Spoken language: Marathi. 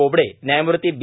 बोबडे न्यायमूर्ती बी